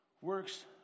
works